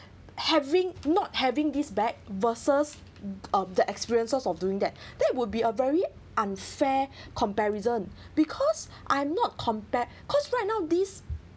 having not having this back verses um the experiences of doing that that would be a very unfair comparison because I'm not compare because right now this